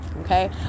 Okay